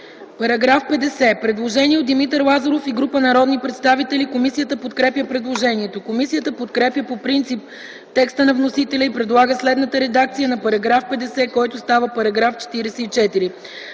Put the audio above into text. народния представител Димитър Лазаров и група народни представители. Комисията подкрепя предложението. Комисията подкрепя по принцип текста на вносителя и предлага следната редакция на § 68, който става § 55: „§ 55.